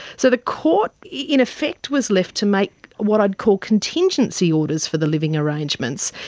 so the court in effect was left to make what i'd call contingency orders for the living arrangements,